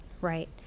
right